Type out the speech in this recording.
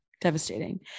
Devastating